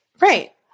right